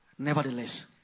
Nevertheless